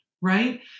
right